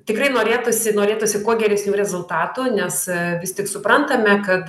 tikrai norėtųsi norėtųsi kuo geresnių rezultatų nes vis tik suprantame kad